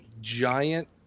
giant